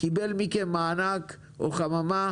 קיבלו מכם מענק או חממה